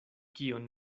kion